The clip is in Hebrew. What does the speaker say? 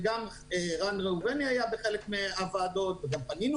וגם ערן ראובני היה בחלק מהוועדות וגם פנינו